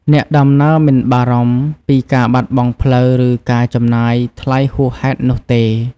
អ្នកដំណើរមិនបារម្ភពីការបាត់បង់ផ្លូវ ឬការចំណាយថ្លៃហួសហេតុនោះទេ។